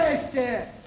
sir!